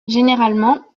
généralement